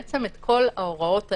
בעצם את כל ההוראות האלה,